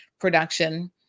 production